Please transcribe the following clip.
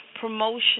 promotion